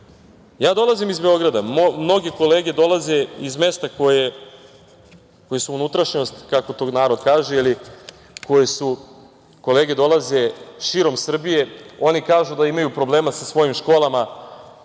dolazim iz Beograda. Mnoge kolege dolaze iz mesta koja su unutrašnjost, kako to narod kaže. Kolege dolaze širom Srbije. Oni kažu da imaju problema sa svojim školama,